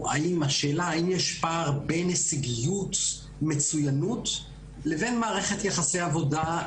- בשאלה האם יש פער בין הישגיות ומצוינות לבין מערכת יחסי עבודה.